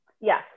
Yes